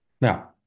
Now